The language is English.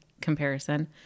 comparison